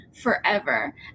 forever